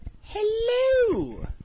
Hello